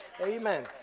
Amen